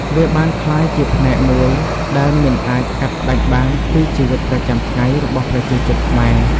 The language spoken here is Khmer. វាបានក្លាយជាផ្នែកមួយដែលមិនអាចកាត់ផ្តាច់បានពីជីវិតប្រចាំថ្ងៃរបស់ប្រជាជនខ្មែរ។